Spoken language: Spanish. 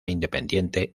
independiente